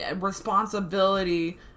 responsibility